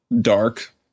dark